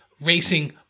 Racing